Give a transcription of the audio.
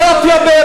תודה רבה.